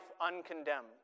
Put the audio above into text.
uncondemned